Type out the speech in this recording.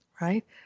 right